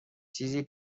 چیزی